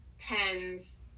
pens